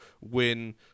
win